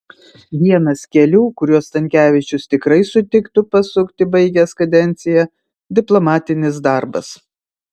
vienas kelių kuriuo stankevičius tikrai sutiktų pasukti baigęs kadenciją diplomatinis darbas